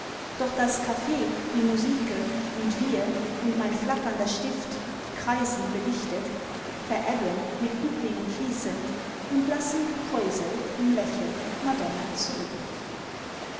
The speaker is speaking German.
doch das caf die musike und wir und mein flackernder stift kreisen belichtet verebben mit bücklingen fließend und lassen gekräuselt im lächeln madonna zurück